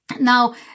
Now